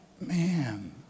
man